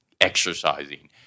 exercising